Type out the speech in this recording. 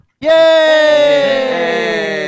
Yay